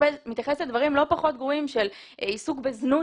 מתייחס לדברים לא פחות גרועים של עיסוק בזנות